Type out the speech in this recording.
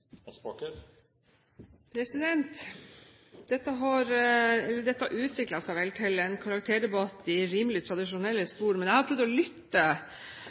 Dette utviklet seg vel til en karakterdebatt i rimelig tradisjonelle spor. Men jeg har prøvd å lytte.